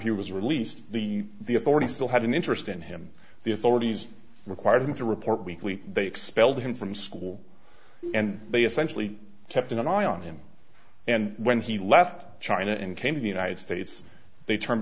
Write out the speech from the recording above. he was released the the authorities still had an interest in him the authorities required him to report weekly they expelled him from school and they essentially kept an eye on him and when he left china and came to the united states they t